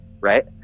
right